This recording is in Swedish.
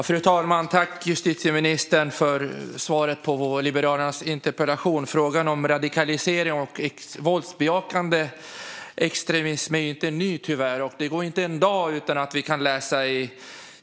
Fru talman! Tack, justitieministern, för svaret på Liberalernas interpellation! Frågan om radikalisering och våldsbejakande extremism är ju tyvärr inte ny, och det går inte en dag utan att vi kan läsa om det.